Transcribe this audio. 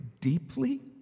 deeply